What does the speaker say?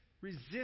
resist